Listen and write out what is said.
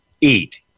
eat